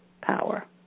power